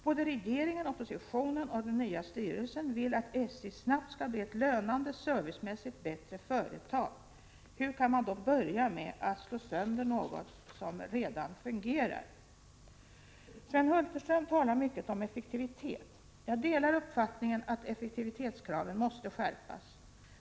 Både regeringen, oppositionen och den nya styrelsen vill att SJ skall bli et lönande och servicemässigt bättre företag. Hur kan man då börja med att sl sönder något som redan fungerar? Sven Hulterström talar mycket om effektivitet. Jag delar uppfattningen at effektivitetskraven måste skärpas.